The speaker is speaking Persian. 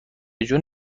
جون